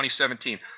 2017